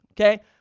okay